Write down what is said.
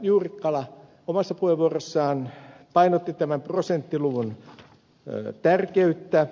juurikkala omassa puheenvuorossaan painotti tämän prosenttiluvun tärkeyttä